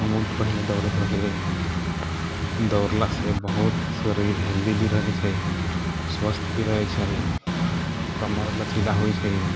हमहूँ पहिने दौड़ैत रहलियै दौड़लासँ बहुत शरीर हेल्दी भी रहैत छै स्वस्थ भी रहैत छै कमर लचीला होइत छै